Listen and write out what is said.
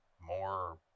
more